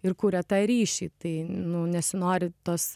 ir kuria tą ryšį tai nu nesinori tos